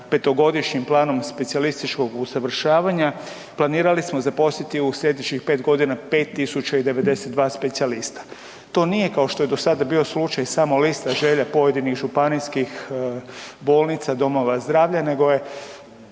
petogodišnjim Planom specijalističkog usavršavanja planirali smo zaposliti u sljedećih pet godina 5.092 specijalista. To nije kao što je do sada bio slučaj samo lista želja pojedinih županijskih bolnica, domova zdravlja nego smo